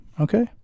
okay